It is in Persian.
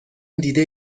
دیده